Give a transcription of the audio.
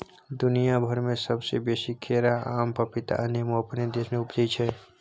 दुनिया भइर में सबसे बेसी केरा, आम, पपीता आ नेमो अपने देश में उपजै छै